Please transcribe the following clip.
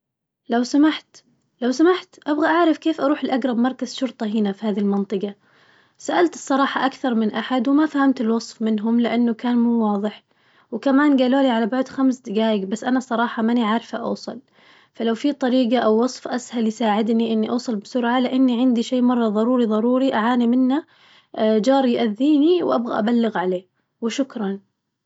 لو سمحت، لو سمحت أبغى أعرف كيف أروح لأقرب مركز شرطة هنا في هذي المنطقة؟ سألت الصراحة أكثر من أحد وما فهمت الوصف منهم لأنه كان مو واضح، وكمان قالولي على بيت خمس دقايق بس أنا صراحة ماني عارفة أوصل، فلو في طريقة أو وصف أسهل يساعدني إني أوصل بسرعة لأني عندي شي مرة ظروري ظروري أعاني منه جاري يأذيني وأبغى أبلغ عليه وشكراً.